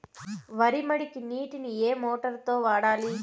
వరి మడికి నీటిని ఏ మోటారు తో వాడాలి?